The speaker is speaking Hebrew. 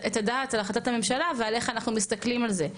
לתת את הדעת על החלטת הממשלה ועל איך אנחנו מסתכלים על זה,